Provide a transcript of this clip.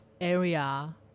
area